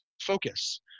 focus